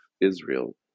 Israel